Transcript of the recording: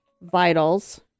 vitals